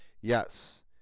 Yes